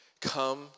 come